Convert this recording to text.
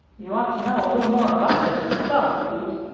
you ought to know a little more about this yourself, pete.